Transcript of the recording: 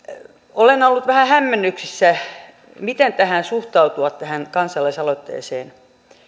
olen ollut vähän hämmennyksissä miten suhtautua tähän kansalaisaloitteeseen